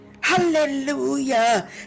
Hallelujah